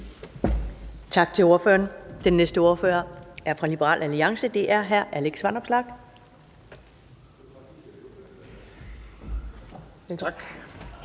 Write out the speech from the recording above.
Tak til ordføreren. Den næste ordfører er fra Liberal Alliance, og det er hr. Alex Vanopslagh.